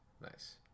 Nice